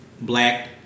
Black